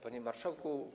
Panie Marszałku!